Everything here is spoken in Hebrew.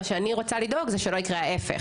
אני רוצה לדאוג שלא יקרה ההיפך